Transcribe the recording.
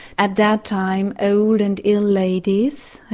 at that time old and ill ladies.